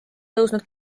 tõusnud